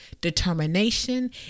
determination